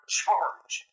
charge